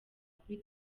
kuri